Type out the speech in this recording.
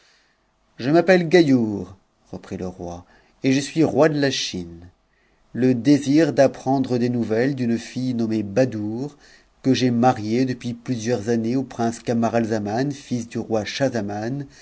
je m'appelle gaiour reprit le roi et suis roi de la chine le désir d'apprendre des nouvelles d'une n e nommée badoure que j'ai mariée depuis p s eut's années au prince camaralzaman nls du roi